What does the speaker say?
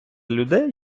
людей